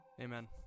Amen